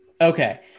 Okay